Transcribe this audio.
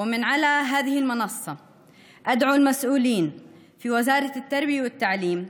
משתמשים בשפה הזאת בכל המוסדות שפוקדים ביום-יום וכן בבתי הספר,